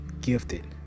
gifted